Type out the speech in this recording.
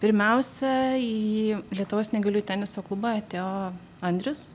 pirmiausia į lietuvos neįgaliųjų teniso klubą atėjo andrius